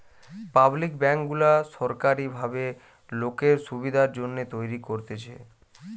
public bank গুলা সোরকারী ভাবে লোকের সুবিধার জন্যে তৈরী করতেছে